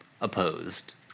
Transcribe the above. opposed